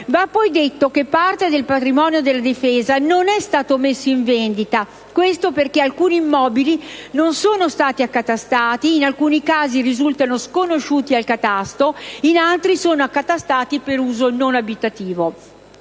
Va poi detto che parte del patrimonio della Difesa non è stato messo in vendita perché alcuni immobili non sono stati accatastati; in alcuni casi essi risultano sconosciuti al catasto, in altri sono accatastati per uso non abitativo.